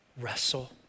wrestle